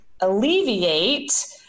alleviate